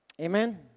Amen